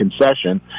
concession